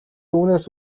үүнээс